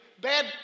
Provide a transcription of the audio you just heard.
bad